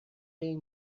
این